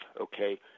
okay